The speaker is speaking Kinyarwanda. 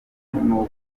n’ubwo